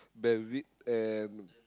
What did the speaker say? bear with it and